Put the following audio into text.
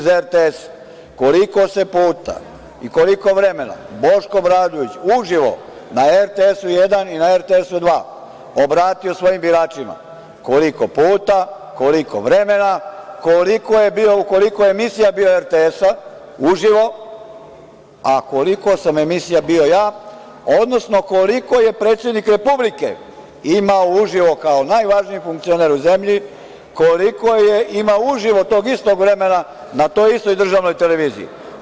Vi iz RTS, koliko se puta i koliko vremena Boško Obradović uživo na RTS1 i na RTS2 obratio svojim biračima, koliko puta, koliko vremena, u koliko emisija RTS-a uživo, a u koliko sam emisija bio ja, odnosno koliko je predsednik Republike imao uživo kao najvažniji funkcioner u zemlji koliko je imao uživo tog istog vremena na toj istoj državnoj televiziji.